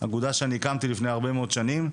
אגודה שאני הקמתי לפני הרבה מאוד שנים.